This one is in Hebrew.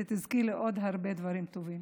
שתזכי לעוד הרבה דברים טובים.